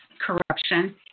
corruption